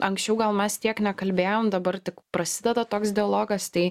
anksčiau gal mes tiek nekalbėjom dabar tik prasideda toks dialogas tai